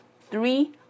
Three